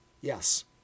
Yes